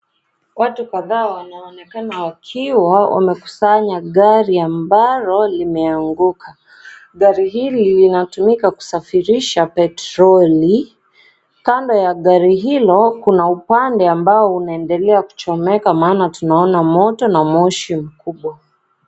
Watu kadhaa wanaonekana wakiwa wamekusanya gari ambalo limeanguka. Gari hili linatumika kusafirisha petroli. Kando ya gari hilo kuna upande ambao unaendelea kuchomeka maana tunaona moto na moshi mkubwa.